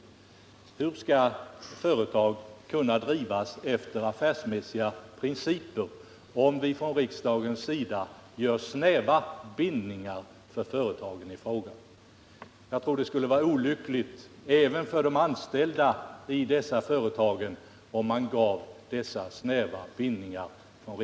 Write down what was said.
Men hur skall företag kunna drivas efter affärsmässiga principer om riksdagen skapar snäva bindningar för företagen i fråga? Jag tror det skulle vara olyckligt även för de anställda vid dessa företag om vi gav dem dessa snäva bindningar.